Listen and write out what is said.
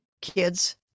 kids